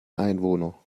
einwohner